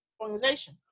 organization